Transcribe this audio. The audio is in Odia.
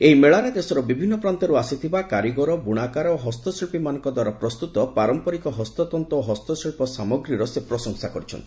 ଏହି ମେଳାରେ ଦେଶର ବିଭିନ୍ନ ପ୍ରାନ୍ତରୂ ଆସିଥିବା କାରିଗର ବୁଶାକାର ଓ ହସ୍ତଶିଚ୍ଚୀମାନଙ୍କ ଦ୍ୱାରା ପ୍ରସ୍ତୁତ ପାରମ୍ମରିକ ହସ୍ତତନ୍ତ ଓ ହସ୍ତଶିଚ୍ଚ ସାମଗ୍ରୀର ସେ ପ୍ରଶଂସା କରିଛନ୍ତି